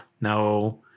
no